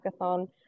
hackathon